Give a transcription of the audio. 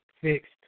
fixed